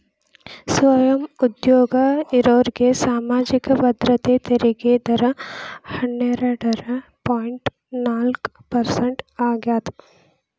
ಸ್ವಯಂ ಉದ್ಯೋಗ ಇರೋರ್ಗಿ ಸಾಮಾಜಿಕ ಭದ್ರತೆ ತೆರಿಗೆ ದರ ಹನ್ನೆರಡ್ ಪಾಯಿಂಟ್ ನಾಲ್ಕ್ ಪರ್ಸೆಂಟ್ ಆಗ್ಯಾದ